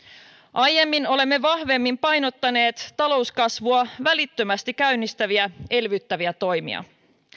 aiemmin olemme vahvemmin painottaneet talouskasvua välittömästi käynnistäviä elvyttäviä toimija